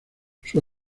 sus